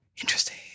Interesting